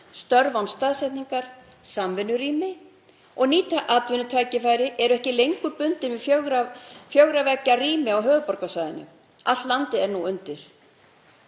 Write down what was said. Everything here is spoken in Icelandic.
Störf án staðsetningar, samvinnurými og ný atvinnutækifæri eru ekki lengur bundin við fjögurra veggja rými á höfuðborgarsvæðinu. Allt landið er nú undir.